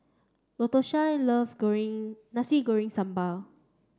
Latosha love Goreng Nasi Goreng Sambal